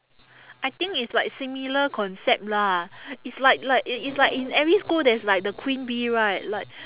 I think it's like similar concept lah it's like like i~ it's like in every school there's like the queen bee right like